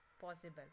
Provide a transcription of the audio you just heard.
possible